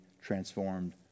transformed